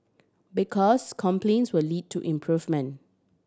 because complaints will lead to improvement